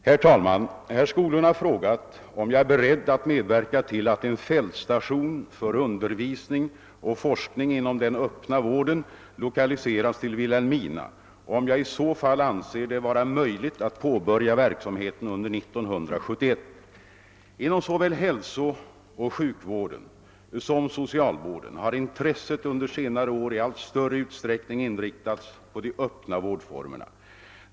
Herr talman! Herr Skoglund har frågat om jag är beredd att medverka till att en fältstation för undervisning och forskning inom den öppna vården lokaliseras till Vilhelmina och om jag i så fall anser det vara möjligt att påbörja verksamheten under 1971. Inom såväl hälsooch sjukvården som socialvården har intresset under senare år i allt större utsträckning inriktats på de öppna vårdformerna.